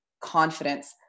confidence